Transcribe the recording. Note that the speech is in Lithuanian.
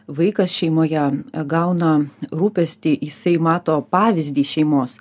vaikas šeimoje gauna rūpestį jisai mato pavyzdį šeimos